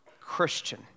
Christian